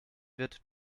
wird